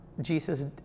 Jesus